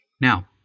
Now